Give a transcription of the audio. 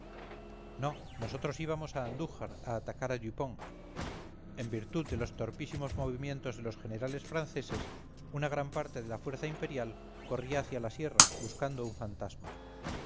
no nosotros íbamos a andújar a atacar a dupont en virtud de los torpísimos movimientos de los generales franceses una gran parte de la fuerza imperial corría hacia la sierra buscando un fantasma